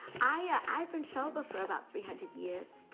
i've been sober for about three hundred years.